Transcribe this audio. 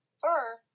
fur